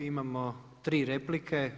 Imamo 3 replike.